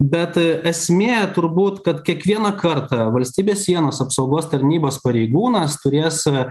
bet esmė turbūt kad kiekvieną kartą valstybės sienos apsaugos tarnybos pareigūnas turės